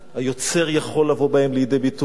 היוצר יכול לבוא בהם לידי ביטוי.